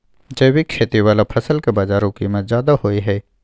जैविक खेती वाला फसल के बाजारू कीमत ज्यादा होय हय